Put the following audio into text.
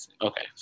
okay